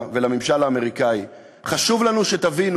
ולממשל האמריקני: חשוב לנו שתבינו,